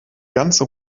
ganze